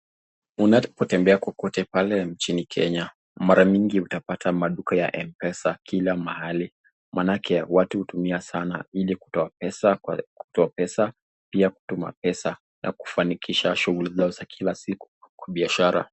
Unapotembea popote pale nchini Kenya mara mingi utapata maduka ya mpesa kila mahali, manake watu hutumia sana, ilikutoa pesa kwa, pia kutuma pesa na kufanikisha shughuli zao za kila siku kwa biashara.